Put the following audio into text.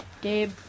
Gabe